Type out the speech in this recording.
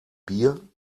bier